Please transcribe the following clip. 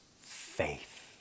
faith